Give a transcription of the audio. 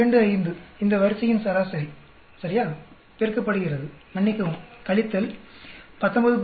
25 இந்த வரிசையின் சராசரி சரியா பெருக்கப்படுகிறது மன்னிக்கவும் கழித்தல் 19